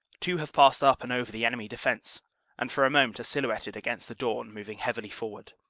two have passed up and over the enemy defense and for a moment are silhouetted against the dawn moving heavily forward.